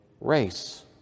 race